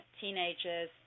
teenagers